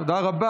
לא נתקבלה.